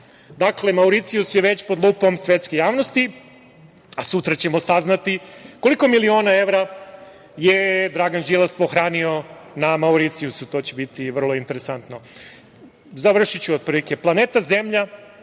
Dakle, Mauricijus je već lupom svetske javnosti, a sutra ćemo saznati koliko miliona evra je Dragan Đilas pohranio na Mauricijusu. To će biti vrlo interesantno. Završiću otprilike. Planeta Zemlja